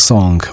Song